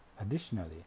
Additionally